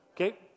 Okay